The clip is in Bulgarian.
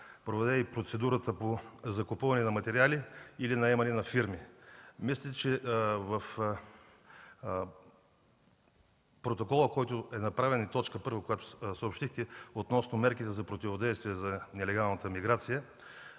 проведе и процедурата по закупуване на материали или наемане на фирми. Мисля, че в протокола, който е направен, и т. 1, която съобщихте, относно мерките за противодействие за нелегалната миграция,